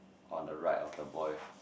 on the right of the boy